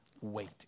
wait